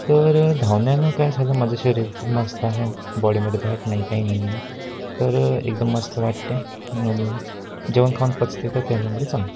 तर धावण्यानं काय झालं माझं शरीर खूप मस्त आहे बॉडीमध्ये फॅट नाही काही नाही आहे तर एकदम मस्त वाटते आणि जेवण खाऊन पचते तर त्याच्यामुळे चांगलं